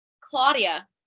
Claudia